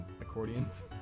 accordions